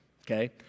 okay